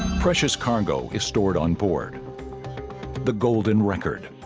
precious cargo is stored onboard the golden record